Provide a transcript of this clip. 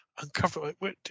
uncomfortable